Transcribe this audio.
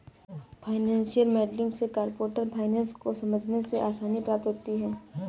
financial modelling से corporate finance को समझने में आसानी होती है